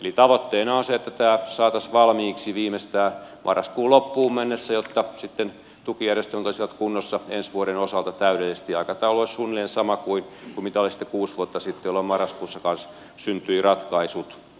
eli tavoitteena on se että tämä saataisiin valmiiksi viimeistään marraskuun loppuun mennessä jotta sitten tukijärjestelmät olisivat kunnossa ensi vuoden osalta täydellisesti ja aikataulu olisi suunnilleen sama kuin mitä oli kuusi vuotta sitten jolloin marraskuussa kanssa syntyivät ratkaisut